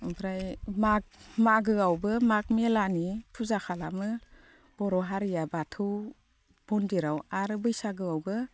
ओमफ्राय माग मागोआवबो माग मेलानि फुजा खालामो बर' हारिया बाथौ मन्दिराव आरो बैसागोआवबो